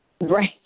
Right